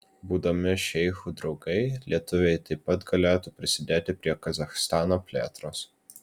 būdami šeichų draugai lietuviai taip pat galėtų prisidėti prie kazachstano plėtros